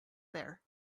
there